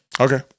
Okay